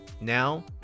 Now